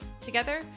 Together